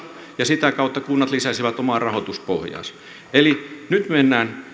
ja sitä kautta kunnat lisäsivät omaa rahoituspohjaansa